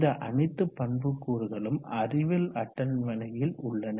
இந்த அனைத்து பண்புக்கூறுகளும் அறிவியல் அட்டவணையில் உள்ளன